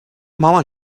مامان